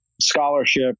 Scholarship